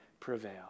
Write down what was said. prevail